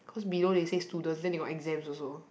cause below they say student then they got exam also